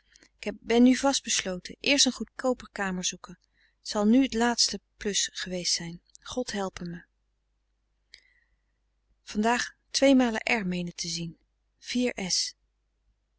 ik ben nu vastbesloten eerst een goedkooper kamer zoeken het zal nu t laatste geweest zijn god helpe me vandaag tweemalen r meenen te zien